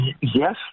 Yes